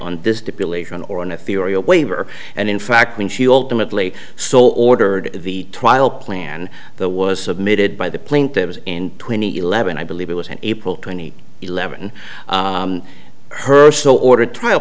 or on a theory a waiver and in fact when she alternately so ordered the trial plan that was submitted by the plaintiffs in twenty eleven i believe it was in april twenty seventh her so ordered trial